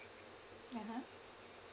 a'ah